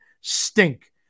stink